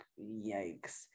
yikes